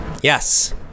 Yes